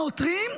העותרים,